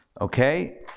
Okay